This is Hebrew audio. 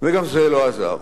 גם זה לא עזר.